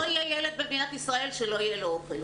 לא יהיה ילד במדינת ישראל שלא יהיה לו אוכל.